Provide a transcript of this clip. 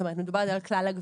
מדובר על כלל הגבייה.